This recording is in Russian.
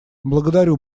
благодарю